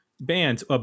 Bands